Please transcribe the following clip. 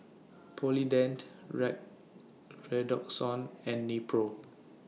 Polident Red Redoxon and Nepro